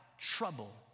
trouble